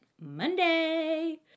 Monday